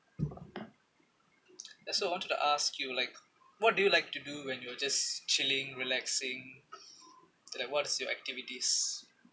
that's why I wanted to ask you like what do you like to do when you will just chilling relaxing and what is your activities